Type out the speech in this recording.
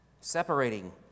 separating